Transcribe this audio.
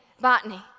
botany